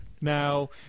Now